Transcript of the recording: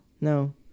No